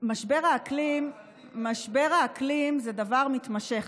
משבר האקלים זה דבר מתמשך,